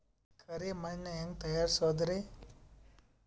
ಕರಿ ಮಣ್ ಹೆಂಗ್ ತಯಾರಸೋದರಿ?